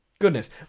Goodness